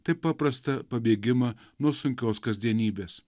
taip paprastą pabėgimą nuo sunkios kasdienybės